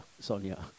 sonia